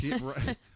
Right